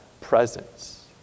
presence